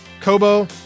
Kobo